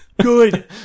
Good